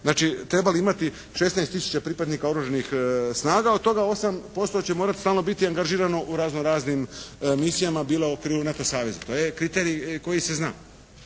znači treba li imati 16 tisuća pripadnika oružanih snaga, od toga 8% će morati stalno biti angažirano u razno raznim misijama, bilo u okviru NATO saveza. To je kriterij koji se zna.